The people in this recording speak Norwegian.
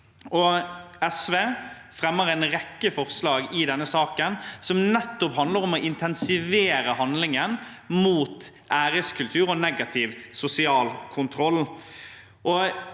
SV fremmer en rekke forslag i denne saken, som nettopp handler om å intensivere handlingen mot æreskultur og negativ sosial kontroll.